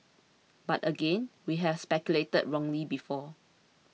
but again we have speculated wrongly before